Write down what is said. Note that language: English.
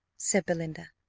said belinda.